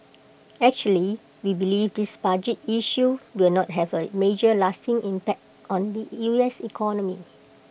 actually we believe this budget issue will not have A major lasting impact on the U S economy